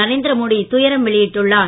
நரேந்திர மோடி துயரம் வெளியிட்டுள்ளார்